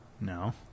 No